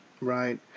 Right